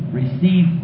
receive